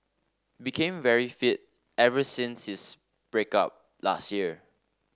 became very fit ever since his break up last year